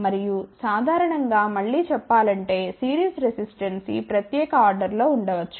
మరియు సాధారణం గా మళ్ళీ చెప్పాలంటే సిరీస్ రెసిస్టెన్స్ ఈ ప్రత్యేక ఆర్డర్ లో ఉండ వచ్చు